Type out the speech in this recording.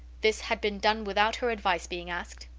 this had been done without her advice being asked,